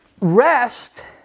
Rest